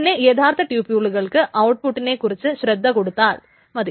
പിന്നെ യഥാർത്ഥ ട്യൂപുൾകൾക്ക് ഔട്ട്പുട്ടിനെ കുറിച്ച് ശ്രദ്ധ കൊടുത്താൽ മതി